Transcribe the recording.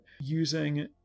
using